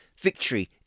victory